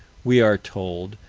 we are told,